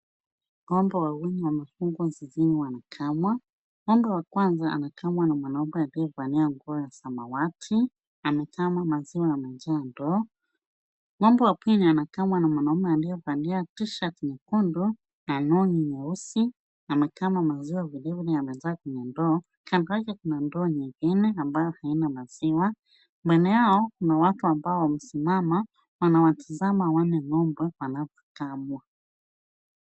Ng'ombe wawili wamefungwa zizini wanakamwa. Ng'ombe wa kwanza anakamwa na mwanaume aliyevalia nguo ya samawati. Anakama maziwa na kutia ndoo. Ng'ombe wa pili anakamwa na mwanaume aliyevalia tishati nyekundu na long'i nyeusi, anakama maziwa vilevile anaweka kwa ndoo. Kando yake kuna ndoo nyingine ambayo haina maziwa. Mbele yao kuna watu ambao wamesimama wanawatazama wale ng'ombe wanapokamwa.